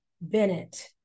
Bennett